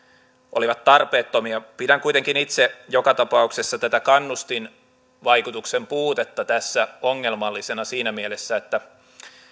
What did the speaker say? olivat tarpeettomia pidän kuitenkin itse joka tapauksessa tätä kannustinvaikutuksen puutetta tässä ongelmallisena siinä mielessä että